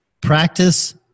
practice